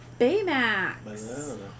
Baymax